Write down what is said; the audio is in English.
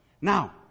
Now